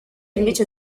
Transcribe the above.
invece